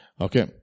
Okay